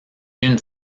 une